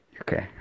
okay